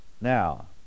Now